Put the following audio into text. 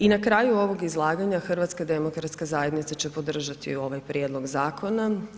I na kraju ovog izlaganja HDZ će podržati ovaj prijedlog zakona.